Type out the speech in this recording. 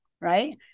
right